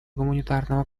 гуманитарного